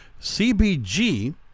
CBG